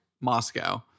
Moscow